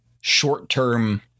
short-term